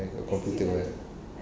I